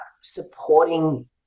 supporting